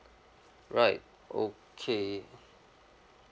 right okay